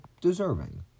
deserving